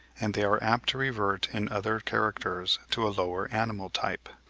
and they are apt to revert in other characters to a lower animal type.